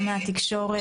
גם מהתקשורת,